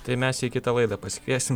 tai mes į kitą laidą pasikviesim